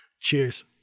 cheers